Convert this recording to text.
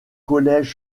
collège